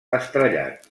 estrellat